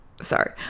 Sorry